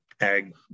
ag